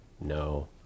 no